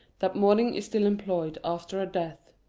that mourning is still employed after a death.